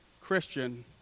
Christian